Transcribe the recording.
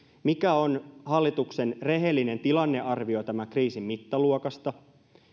mikä on hallituksen rehellinen tilannearvio tämän kriisin mittaluokasta